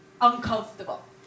uncomfortable